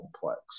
complex